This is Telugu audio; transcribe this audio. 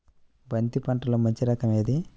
బంతి పంటలో మంచి రకం ఏది?